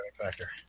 factor